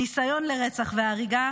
ניסיון לרצח והריגה,